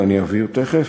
ואני אבהיר תכף,